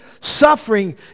suffering